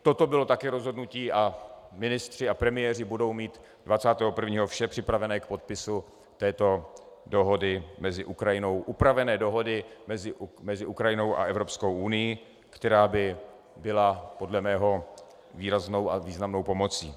Toto bylo také rozhodnutí a ministři a premiéři budou mít 21. vše připravené k podpisu této dohody s Ukrajinou, upravené dohody mezi Ukrajinou a Evropskou unií, která by byla podle mého výraznou a významnou pomocí.